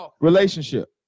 relationship